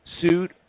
suit